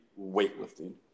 weightlifting